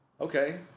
Okay